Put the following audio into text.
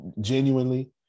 genuinely